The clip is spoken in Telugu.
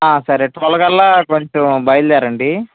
సరే టువల్వ్ కల్లా కొంచెం బయల్దేరండి